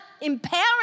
empowering